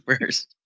first